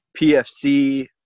PFC